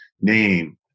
name